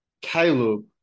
Caleb